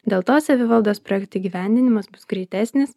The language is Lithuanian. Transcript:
dėl to savivaldos projektų įgyvendinimas bus greitesnis